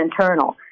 internal